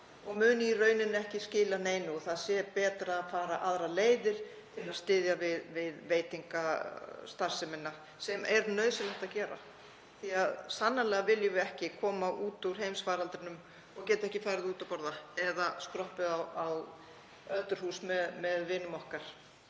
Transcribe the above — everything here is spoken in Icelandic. og muni í rauninni ekki skila neinu og það sé betra að fara aðrar leiðir til að styðja við veitingastarfsemina. Það er nauðsynlegt að gera það því að sannarlega viljum við ekki koma út úr heimsfaraldri og geta ekki farið út að borða eða skroppið á öldurhús með vinum okkar.